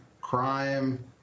crime